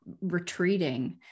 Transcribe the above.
retreating